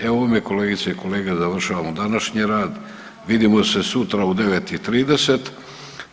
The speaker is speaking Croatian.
E ovime kolegice i kolege završavamo današnji rad, vidimo se sutra u 9 i 30.